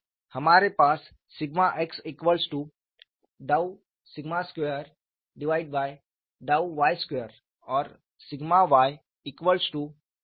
हमारे पास σx∂σ2∂y2 और σy∂𝝫2∂x2